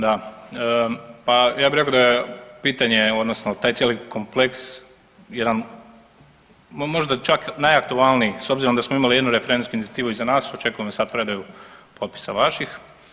Da, pa ja bih rekao da je pitanje odnosno taj cijeli kompleks jedan možda čak najaktualnijih s obzirom da smo imali jednu referendumsku inicijativu iza nas očekujemo sad predaju potpisa vaših.